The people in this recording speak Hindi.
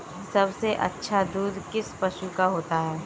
सबसे अच्छा दूध किस पशु का होता है?